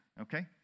okay